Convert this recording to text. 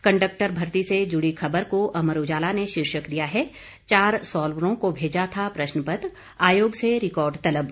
conductor भर्ती से जुड़ी खबर को अमर उजाला ने शीर्षक दिया है चार सॉल्वरों को भेजा था प्रश्नपत्र आयोग से रिकॉर्ड तलब